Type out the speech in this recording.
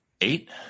Eight